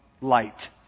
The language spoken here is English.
light